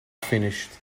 finished